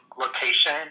location